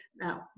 now